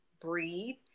breathe